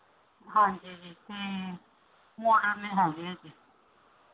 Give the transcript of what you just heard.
ਹਾਂਜੀ ਜੀ ਅਤੇ ਮੋਡਲ ਨੇ ਹੈਗੇ ਹੈ ਜੀ